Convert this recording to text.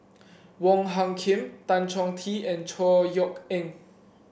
Wong Hung Khim Tan Chong Tee and Chor Yeok Eng